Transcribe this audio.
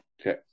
Okay